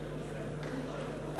את